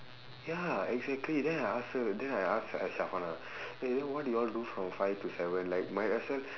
ya exactly then I ask her then I ask her eh eh what do you want to do from five to seven like my lesson